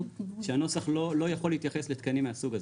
שהנוסח לא יכול להתייחס לתקנים מהסוג הזה.